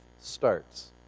starts